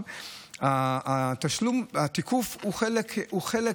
התיקוף הוא חלק